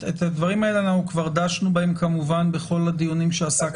בדברים האלה כבר דשנו כמובן בכל הדיונים שעסקנו בהם.